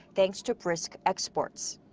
thanks to brisk exports.